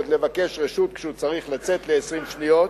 ועוד לבקש רשות כשהוא צריך לצאת ל-20 שניות,